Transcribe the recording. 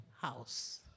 house